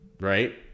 right